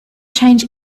change